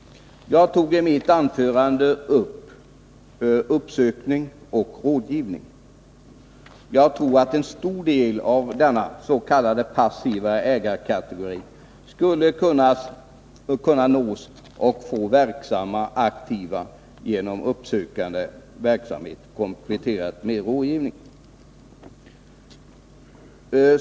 Jag tog i mitt anförande upp frågan om uppsökning och rådgivning. Jag tror att en stor del av denna s.k. passiva ägarkategori skulle kunna nås och fås att bli verksam och aktiv genom uppsökande verksamhet, kompletterad med rådgivning.